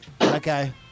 Okay